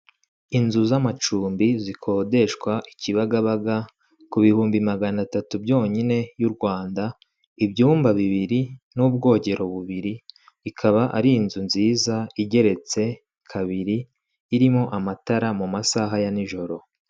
Inzu z'amacumbi zikodeshwa ikibagabaga ku bihumbi magana atatu byonyine y'u Rwanda, ibyumba bibiri n'ubwogero bubiri, ikaba ari inzu nziza igeretse kabiri irimo amatara mu masaha ya nijoro.